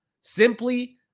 Simply